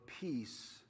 peace